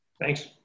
Thanks